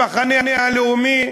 המחנה הלאומי,